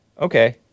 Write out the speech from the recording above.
Okay